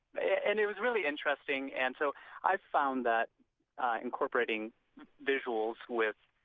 and it was really interesting. and so i've found that incorporating visuals with